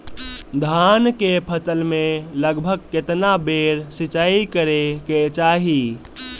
धान के फसल मे लगभग केतना बेर सिचाई करे के चाही?